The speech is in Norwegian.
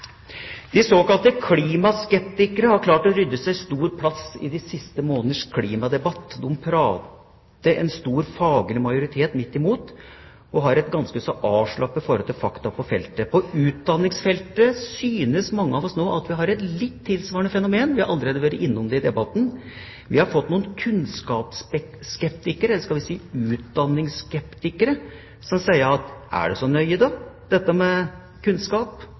De såkalte klimaskeptikerne har klart å rydde seg stor plass i de siste måneders klimadebatt. De prater en stor faglig majoritet midt imot, og har et ganske så avslappet forhold til fakta på feltet. På utdanningsfeltet synes mange av oss nå at vi har et litt tilsvarende fenomen – vi har allerede vært innom det i debatten – vi har fått noen kunnskapsskeptikere, skal vi si utdanningsskeptikere, som sier: Er det så nøye da, dette med kunnskap,